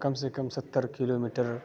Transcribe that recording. کم سے کم ستر کلو میٹر